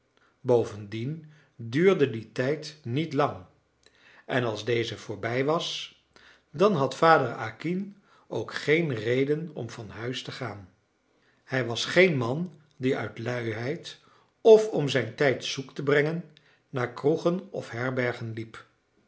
bovendien duurde die tijd niet lang en als deze voorbij was dan had vader acquin ook geen reden om van huis te gaan hij was geen man die uit luiheid of om zijn tijd zoek te brengen naar kroegen of herbergen liep